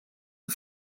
een